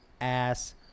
ass